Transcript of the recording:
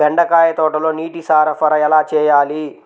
బెండకాయ తోటలో నీటి సరఫరా ఎలా చేయాలి?